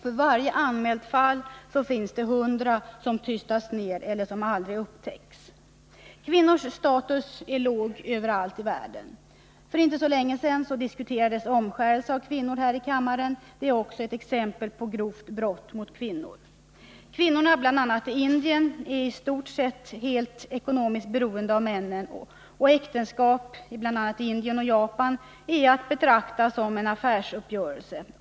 För varje anmält fall finns 100 som tystas ned eller aldrig upptäcks. Kvinnornas status är låg överallt i världen. För inte så länge sedan diskuterades omskärelse av kvinnor här i kammaren. Det är också exempel på grovt brott mot kvinnor. Kvinnorna i bl.a. Indien är ekonomiskt i stort sett helt beroende av männen, och äktenskap i bl.a. Indien och Japan är att betrakta som en affärsuppgörelse.